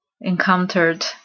encountered